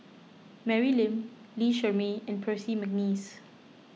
Mary Lim Lee Shermay and Percy McNeice